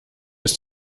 ist